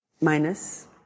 minus